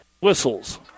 whistles